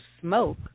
smoke